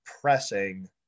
pressing